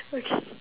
okay